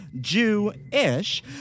Jew-ish